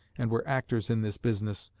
and were actors in this business,